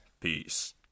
Peace